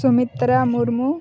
Sumitra Murmu